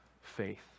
faith